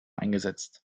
eingesetzt